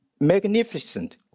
magnificent